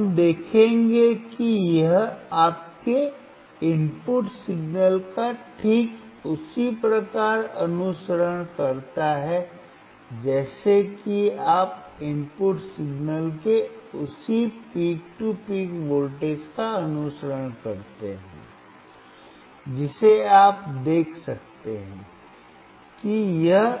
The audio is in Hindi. हम देखेंगे कि यह आपके इनपुट सिग्नल का ठीक उसी प्रकार अनुसरण करता है जैसा कि आप इनपुट सिग्नल के उसी पीक टू पीक वोल्टेज का अनुसरण करते हैं जिसे आप देख सकते हैं कि यह